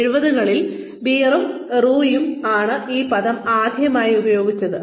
1970 കളിൽ ബിയറും റൂയും ആണ് ഈ പദം ആദ്യമായി ഉപയോഗിച്ചത്